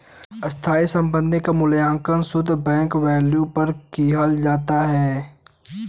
स्थायी संपत्ति क मूल्यांकन शुद्ध बुक वैल्यू पर किया जाता है